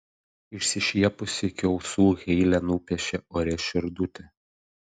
išsišiepusi iki ausų heile nupiešė ore širdutę